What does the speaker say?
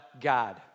God